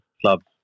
clubs